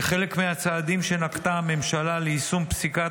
כחלק מהצעדים שנקטה הממשלה ליישום פסיקת